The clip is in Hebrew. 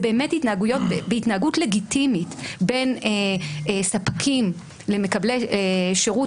בהתנהגות לגיטימית בין ספקים למקבלי שירות,